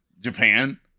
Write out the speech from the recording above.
Japan